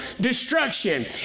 destruction